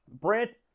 Brent